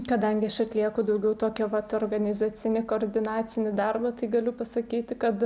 kadangi aš atlieku daugiau tokią vat organizacinį koordinacinį darbą tai galiu pasakyti kad